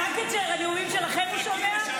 רק את הנאומים שלכם הוא שומע?